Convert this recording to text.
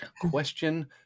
question